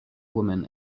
woman